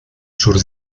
sur